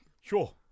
sure